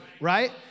right